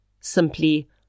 simply